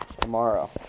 tomorrow